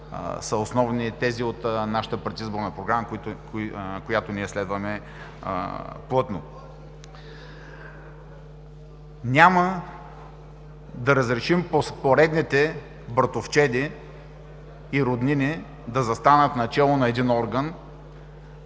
са основни тези от нашата предизборна програма, която ние следваме плътно. Няма да разрешим поредните братовчеди и роднини да застанат начело на един орган,